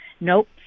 Nope